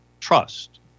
trust